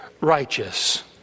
righteous